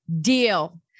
deal